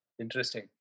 Interesting